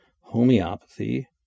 homeopathy